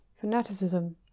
Fanaticism